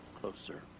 closer